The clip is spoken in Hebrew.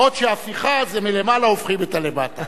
בעוד שהפיכה זה שמלמעלה הופכים את הלמטה.